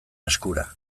eskura